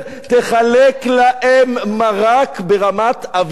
תחלק להם מרק ברמת-אביב ג',